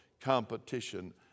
competition